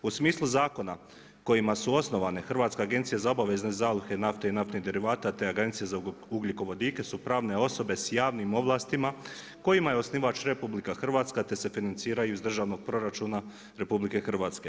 U smislu zakona kojima su osnovane Hrvatska agencija za obavezne zalihe nafte i naftnih derivata, te Agencija za ugljikovodike su pravne osobe s javnim ovlastima, kojima je osnivač RH, te se financiraju iz državnog proračuna RH.